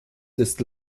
des